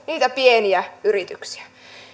niitä pieniä yrityksiä